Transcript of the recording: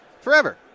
forever